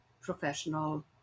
professional